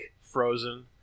Frozen